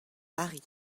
paris